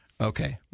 Okay